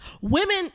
Women